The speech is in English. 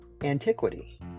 antiquity